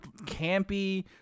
campy